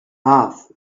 half